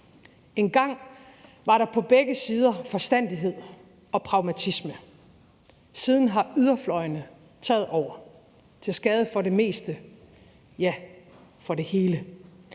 Engang var der på begge sider forstandighed og pragmatisme. Siden har yderfløjene taget over – til skade for det meste, ja, for det hele.